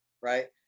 right